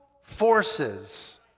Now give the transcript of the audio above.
forces